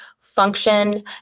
function